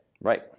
Right